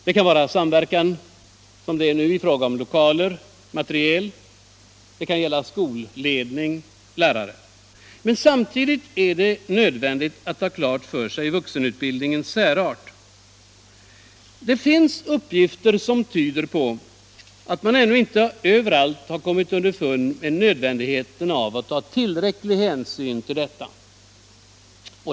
Den kan, som nu, gälla lokaler och materiel, den kan gälla skolledning och lärare Men samtidigt är det nödvändigt att ha klart för sig vuxenutbildningens särart. Det finns uppgifter som tyder på att man ännu inte överallt kommit underfund med nödvändigheten av att ta tillräcklig hänsyn till den.